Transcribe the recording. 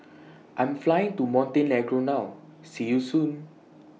I Am Flying to Montenegro now See YOU Soon